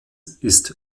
ist